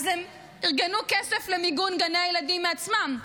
אז הם ארגנו כסף למיגון גני הילדים מעצמם.